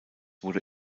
wurde